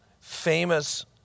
famous